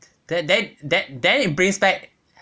then then then it brings back